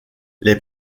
les